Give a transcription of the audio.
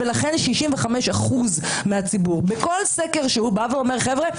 ולכן 65% מהציבור בכל סקר שהוא אומר: חבר'ה,